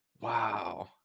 Wow